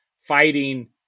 fighting